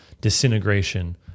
disintegration